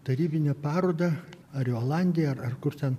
tarybinę parodą ar į olandiją ar ar kur ten